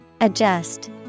Adjust